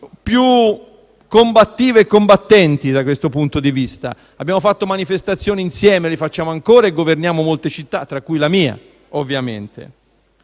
più combattive e combattenti su questo fronte. Abbiamo fatto manifestazioni insieme, le facciamo ancora e governiamo molte città, tra cui la mia. Ma francamente